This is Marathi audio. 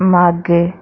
मागे